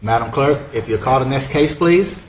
madam clerk if you are caught in this case please